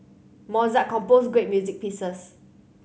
Mozart composed great music pieces